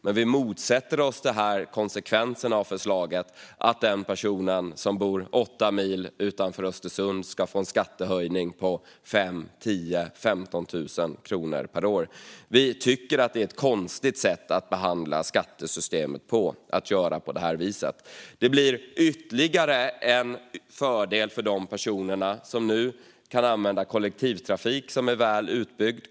Men vi motsätter oss konsekvenserna av förslaget - att den person som bor åtta mil utanför Östersund får en skattehöjning på 5 000, 10 000 eller 15 000 kronor per år. Vi tycker att det är ett konstigt sätt att behandla skattesystemet att göra på det här viset. Det blir ytterligare en fördel för de personer som nu kan använda kollektivtrafik som är väl utbyggd.